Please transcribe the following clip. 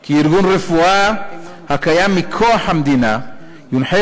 כי ארגון רפואה הקיים מכוח המדינה יונחה